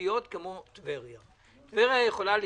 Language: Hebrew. יישמע מוזר מה שאני אומר: גם החלטת הממשלה על 52 מיליון שקלים,